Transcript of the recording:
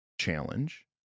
challenge